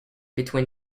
between